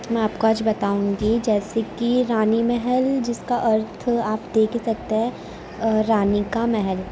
میں آپ کو آج بتاؤں گی جیسے کہ رانی محل جس کا ارتھ آپ دیکھ ہی سکتے ہیں رانی کا محل